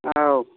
औ